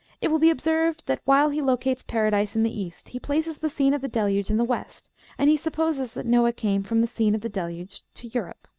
it will be observed that, while he locates paradise in the east, he places the scene of the deluge in the west and he supposes that noah came from the scene of the deluge to europe.